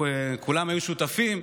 כולם היו שותפים.